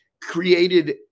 created